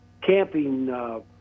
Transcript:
camping